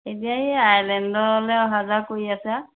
এতিয়া এই আইলেণ্ডলৈ অহা যোৱা কৰি আছে